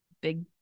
big